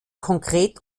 konkret